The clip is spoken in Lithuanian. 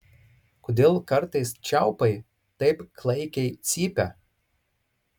kodėl kartais čiaupai taip klaikiai cypia